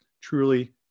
truly